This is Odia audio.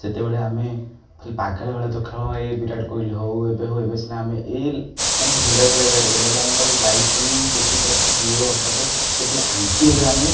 ସେତେବେଳେ ଆମେ ଖାଲି ପାଗଳ ଭଳିଆ ତ ଖେଳ ଏଇ ବିରାଟ କୋହଲି ହଉ ଏବେ ହଉ ଏବେ ସିନା ଆମେ ଏ ଫେବରେଟ୍ ଖେଳା ବିରାଟ କୋହଲି ହେଲା ଆମେ ତାକୁ ଲାଇଭ୍ ଷ୍ଟ୍ରିମିଂ ଦେଖିପାରୁଛି ଜିଓ ହଟଷ୍ଟାରରେ ପ୍ରତିଟି ଆଙ୍ଗେଲରେ ଆମେ